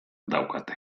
daukate